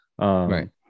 Right